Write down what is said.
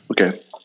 Okay